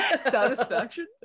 Satisfaction